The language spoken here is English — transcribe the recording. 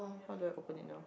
how do I open it now